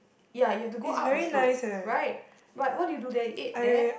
ya you have to go up a slope right but what do you do there you ate there